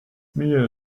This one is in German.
mir